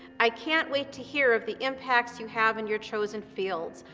i can't wait to hear of the impacts you have in your chosen fields.